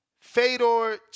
Fedor